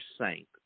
saint